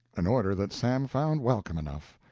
an order that sam found welcome enough.